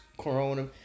Corona